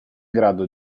grado